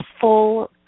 full